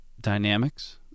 dynamics